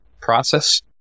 process